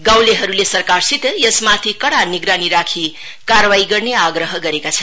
गाउँलेहरूले सरकारसित यसमाथि कडा निगरानी राखी कार्वाही गर्ने आग्रह गरेका छन्